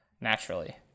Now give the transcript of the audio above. naturally